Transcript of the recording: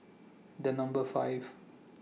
The Number five